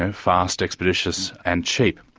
and fast, expeditious and cheap.